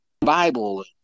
bible